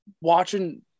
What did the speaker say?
watching –